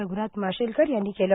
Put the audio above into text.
रघ्नाथ माशेलकर यांनी केलं